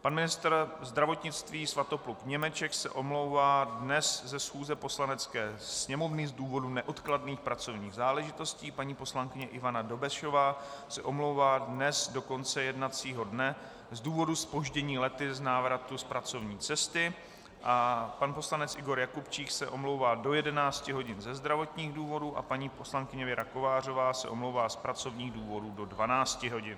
Pan ministr zdravotnictví Svatopluk Němeček se omlouvá dnes ze schůze Poslanecké sněmovny z důvodu neodkladných pracovních záležitostí, paní poslankyně Ivana Dobešová se omlouvá dnes do konce jednacího dne z důvodu zpoždění letu z návratu z pracovní cesty, pan poslanec Igor Jakubčík se omlouvá do 11 hodin ze zdravotních důvodů a paní poslankyně Věra Kovářová se omlouvá z pracovních důvodů do 12 hodin.